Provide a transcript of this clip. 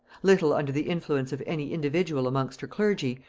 little under the influence of any individual amongst her clergy,